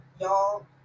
y'all